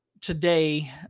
today